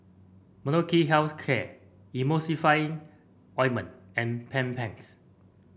Molnylcke Health Care Emulsying Ointment and Bedpans